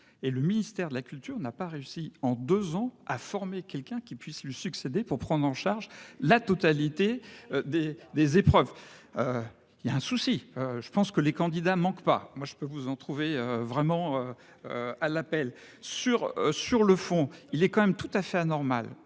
le ministère de la culture n'a pas réussi en 2 ans à former quelqu'un qui puisse lui succéder pour prendre en charge la totalité des des épreuves. Il y a un souci. Je pense que les candidats manquent pas moi je peux vous en trouvez vraiment. À l'appel sur sur le fond, il est quand même tout à fait anormal